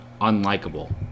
unlikable